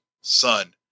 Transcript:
son